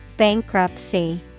Bankruptcy